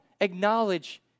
acknowledge